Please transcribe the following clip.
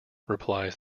replies